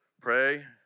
pray